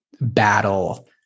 battle